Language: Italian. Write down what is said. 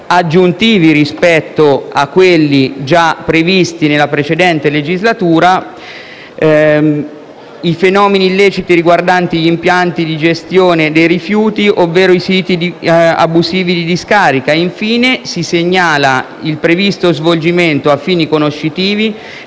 aggiuntivi rispetto a quelli già previsti nella precedente legislatura, segnalo quelli sui fenomeni illeciti riguardanti gli impianti di gestione dei rifiuti, ovvero i siti abusivi di discarica. Infine, si segnala il previsto svolgimento a fini conoscitivi